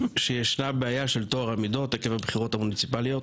שישנה בעיה של טוהר המידות עקב הבחירות המוניציפליות,